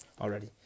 already